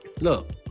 look